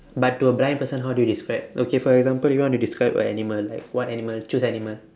but to a blind person how do you describe okay for example you want to describe a animal like what animal choose animal